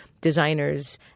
designers